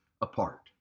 apart